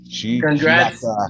Congrats